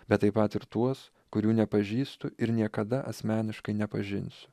bet taip pat ir tuos kurių nepažįstu ir niekada asmeniškai nepažinsiu